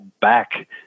back